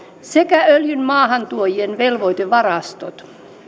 sekä öljyn maahantuojien velvoitevarastot